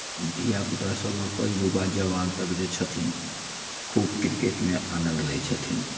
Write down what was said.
धियापुतासँ लऽ कऽ युवा जवान तक जे छथिन खूब क्रिकेटमे आनन्द लैत छथिन